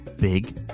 Big